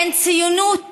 אין ציונות